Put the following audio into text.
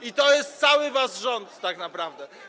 I to jest cały wasz rząd tak naprawdę.